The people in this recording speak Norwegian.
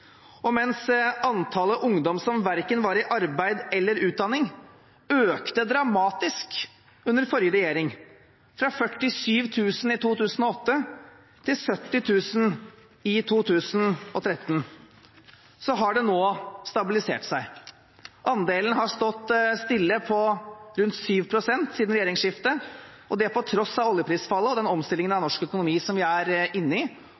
Og mens antallet ungdommer som verken var i arbeid eller i utdanning, økte dramatisk under forrige regjering – fra 47 000 i 2008 til 70 000 i 2013 – har det nå stabilisert seg. Andelen har stått stille på rundt 7 pst. siden regjeringsskiftet, og det på tross av oljeprisfallet og den omstillingen av norsk økonomi som vi er